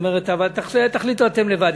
אבל תחליטו אתם לבד.